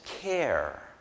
care